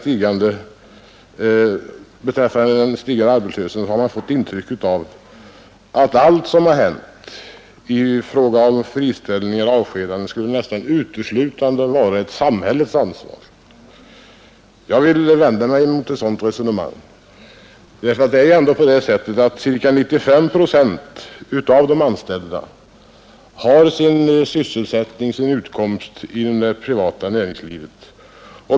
Man har av debatten fått intrycket att allt som har hänt i fråga om friställningar och avskedanden skulle falla under samhällets ansvar. Jag vänder mig mot ett sådant resonemang. Det är ändå på det sättet att ca 95 procent av de anställda har sin utkomst i det privata näringslivet.